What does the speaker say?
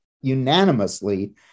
unanimously